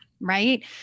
Right